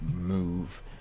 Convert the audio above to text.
move